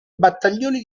battaglioni